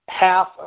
Half